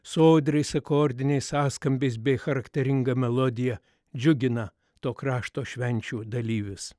sodriais akordiniais sąskambiais bei charakteringa melodija džiugina to krašto švenčių dalyvius